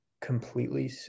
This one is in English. completely